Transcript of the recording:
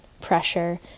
Pressure